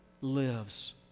lives